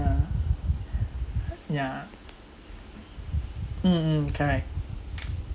ya ya mm mm correct